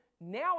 now